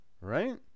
Right